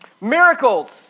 Miracles